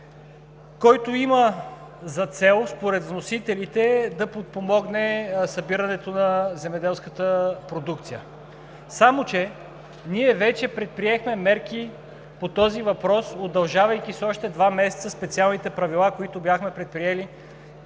който има за цел според вносителите да подпомогне събирането на земеделската продукция. Само че ние вече предприехме мерки по този въпрос, удължавайки с още два месеца специалните правила, които бяхме предприели